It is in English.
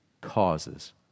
causes